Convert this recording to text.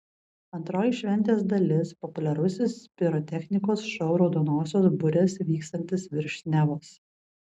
antroji šventės dalis populiarusis pirotechnikos šou raudonosios burės vykstantis virš nevos